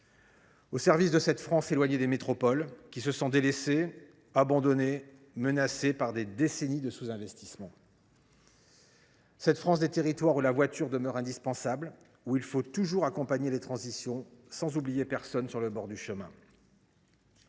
précaires, de cette France éloignée des métropoles, qui se sent délaissée, abandonnée, menacée par des décennies de sous investissement, de cette France des territoires où la voiture demeure indispensable et où il faut toujours accompagner les transitions, sans oublier personne au bord du chemin.